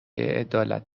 عدالت